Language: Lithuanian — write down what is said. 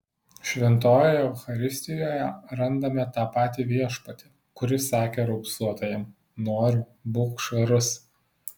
šventojoje eucharistijoje randame tą patį viešpatį kuris sakė raupsuotajam noriu būk švarus